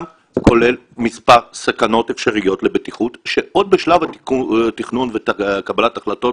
גם כולל מספר סכנות אפשריות לבטיחות שעוד בשלב התכנון וקבלת ההחלטות